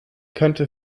könnte